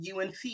UNC